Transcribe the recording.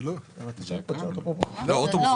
75 אחוזים.